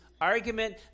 argument